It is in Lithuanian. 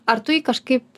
ar tu jį kažkaip